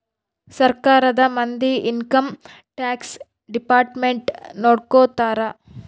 ಸರ್ಕಾರದ ಮಂದಿ income tax department ನೊಡ್ಕೋತರ